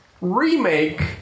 remake